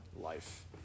life